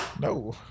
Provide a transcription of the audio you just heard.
No